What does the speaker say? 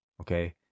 Okay